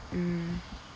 mm